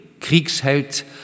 Kriegsheld